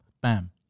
bam